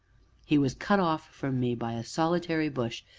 he was cut off from me by a solitary bush,